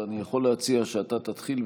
אבל אני יכול להציע שאתה תתחיל,